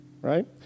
right